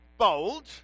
bold